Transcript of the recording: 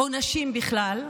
או נשים בכלל,